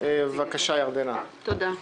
הנושא האחרון: